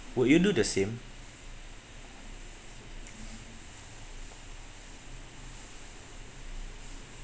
would you do the same